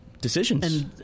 Decisions